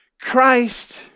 Christ